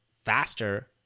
faster